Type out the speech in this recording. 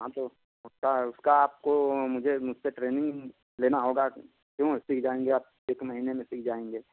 हाँ तो उसका उसका आपको मुझे मुझसे ट्रेनिंग लेना होगा यूँ सीख जाएँगे आप एक महीने में सीख जाएँगे